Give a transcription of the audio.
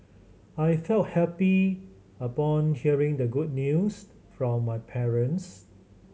I felt happy upon hearing the good news from my parents